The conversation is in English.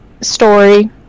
story